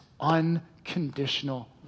unconditional